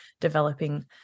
developing